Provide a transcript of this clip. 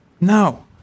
No